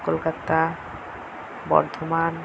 Kolkata Bardhaman